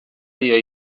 dio